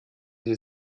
die